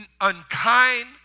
unkind